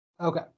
Okay